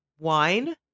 Wine